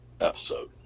episode